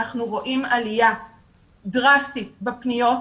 אנחנו רואים עליה דרסטית בפניות,